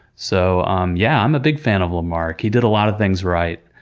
so um yeah, i'm a big fan of lamarck. he did a lot of things right.